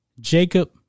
Jacob